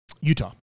Utah